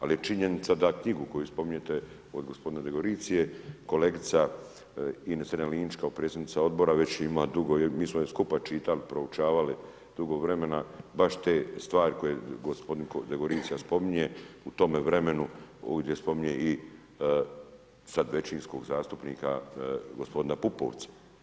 Ali je činjenica da knjigu koji spominjete od gospodina Degoricije, kolega Ines Strenja-Linić kao predsjednica odbora već ju ima dugo, mi smo ju skupa čitali, proučavali dugo vremena baš te stvari koje gospodin Degoricija spominje, u time vremenu, ovdje spominje sad većinskog zastupnika gospodina Pupovca.